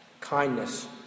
kindness